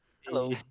Hello